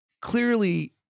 clearly